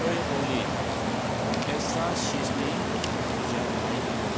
ओइ अलि एक्स्रा चिजनि पिज्जा पाइ बिहर